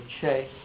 chase